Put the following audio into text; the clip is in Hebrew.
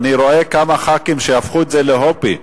אני רואה כמה ח"כים שהפכו את זה להובי.